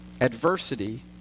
Adversity